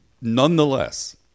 nonetheless